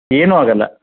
ಏನೂ ಆಗೋಲ್ಲ